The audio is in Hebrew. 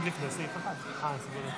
50 בעד, 60 נגד.